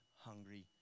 hungry